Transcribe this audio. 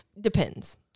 depends